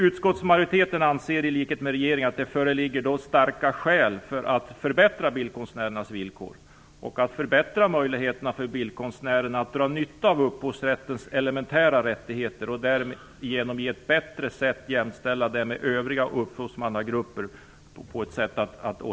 Utskottsmajoriteten anser i likhet med regeringen att det föreligger starka skäl att förbättra bildkonstnärernas villkor. Ett sätt att åstadkomma detta är att förbättra möjligheterna för bildkonstnärerna att dra nytta av upphovsrättens elementära rättigheter. Därigenom kan man på ett bättre sätt jämställa dem med övriga upphovsmannagrupper.